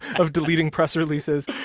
of deleting press releases.